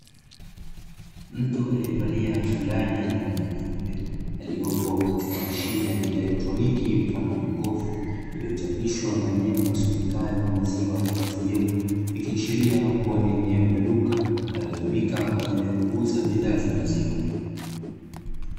Mtu aliyevalia fulani yenye rangi nyeupe aliyopo katika mashine ya kielektroniki mfano wa jokofu iliyochapishwa maneno yasomekayo "maziwa ATM", ikiashiria kuwa ni eneo la duka litumika kwa ajili ya kuuza bidhaa za maziwa.